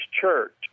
Church